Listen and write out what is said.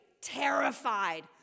terrified